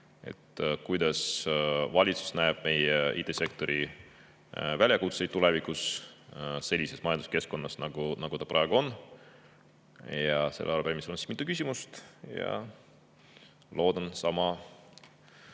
et kuidas valitsus näeb meie IT‑sektori väljakutseid tulevikus sellises majanduskeskkonnas, nagu see praegu on. Selles arupärimises on mitu küsimust ja loodan sama